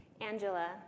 Angela